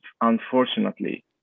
unfortunately